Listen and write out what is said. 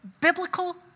Biblical